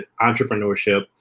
entrepreneurship